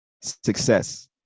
Success